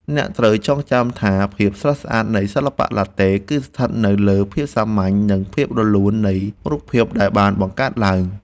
អ្នកត្រូវចងចាំថាភាពស្រស់ស្អាតនៃសិល្បៈឡាតេ គឺស្ថិតនៅលើភាពសាមញ្ញ និងភាពរលូននៃរូបភាពដែលបានបង្កើតឡើង។